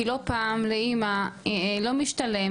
כי לא פעם לאמא לא משתלם,